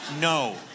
no